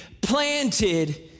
planted